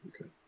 Okay